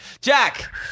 Jack